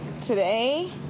Today